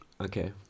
Okay